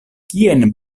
kien